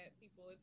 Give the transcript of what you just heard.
people